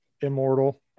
immortal